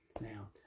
Now